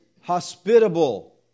hospitable